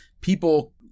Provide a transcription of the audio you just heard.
people